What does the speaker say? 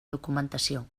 documentació